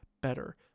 better